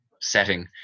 setting